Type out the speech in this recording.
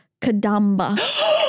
Kadamba